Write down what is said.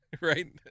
right